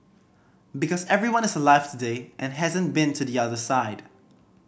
because everyone is alive today and hasn't been to the other side